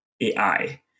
AI